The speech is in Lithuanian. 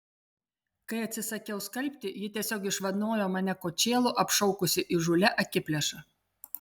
kai atsisakiau skalbti ji tiesiog išvanojo mane kočėlu apšaukusi įžūlia akiplėša